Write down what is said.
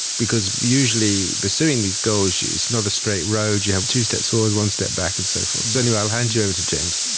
because usually pursuing these goals, it's not a straight road, you have two steps forward, one step back and so forth. so anyway, i'll hand you over to james.